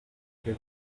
que